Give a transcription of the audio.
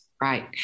Right